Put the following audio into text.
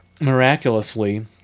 miraculously